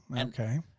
okay